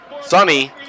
Sonny